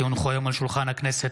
כי הונחו היום על שולחן הכנסת,